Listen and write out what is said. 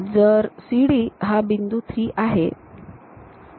तर CD हा बिंदू 3 आहे